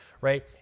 right